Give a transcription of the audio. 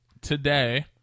today